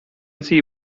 see